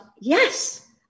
yes